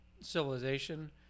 civilization